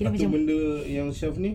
macam benda yang shelf ni